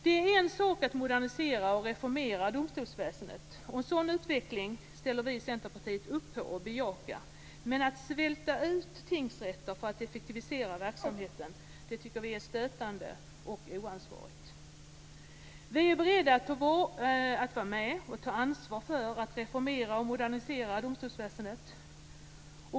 Det är en sak att modernisera och reformera domstolsväsendet, och en sådan utveckling ställer vi i Centerpartiet upp på och bejakar, men att svälta ut tingsrätter för att effektivisera verksamheten tycker vi är stötande och oansvarigt. Vi är beredda att vara med och ta ansvar för att reformera och modernisera domstolsväsendet.